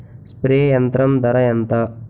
Spray యంత్రం ధర ఏంతా?